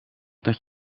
dat